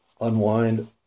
unwind